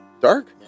dark